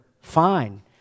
fine